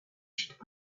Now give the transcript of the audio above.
should